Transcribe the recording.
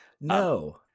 No